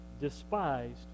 despised